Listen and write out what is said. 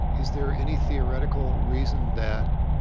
is there any theoretical reason that